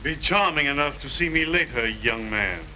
be charming enough to see me leave her young man